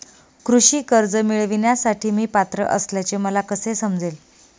कृषी कर्ज मिळविण्यासाठी मी पात्र असल्याचे मला कसे समजेल?